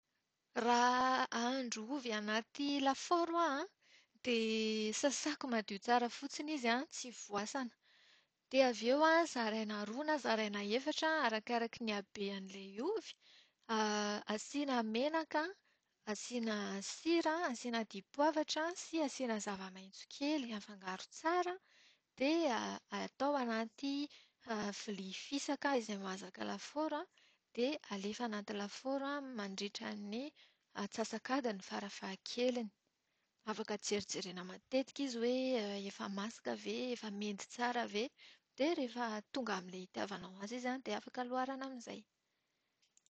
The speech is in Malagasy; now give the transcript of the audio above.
Raha hahandro ovy anaty lafaoro aho an, dia sasako madio tsara fotsiny izy an, tsy voasana. Dia avy eo an, zaraina roa na zaraina efatra arakaraky ny habean'ilay ovy. Asiana menaka, asiana sira, asiana dipoavatra, sy asiana zava-maitso kely. Afangaro tsara dia atao anaty vilia fisaka izay mahazaka lafaoro. Dia alefa anaty lafaoro mandritran'ny atsasak'adiny fara-fahakeliny. Afaka jerijerena matetika izy hoe efa masaka ve, efa mendy tsara ve. Dia rehefa tonga amin'ilay itiavanao azy izy an, dia afaka loarana amin'izay!